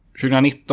2019